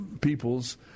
peoples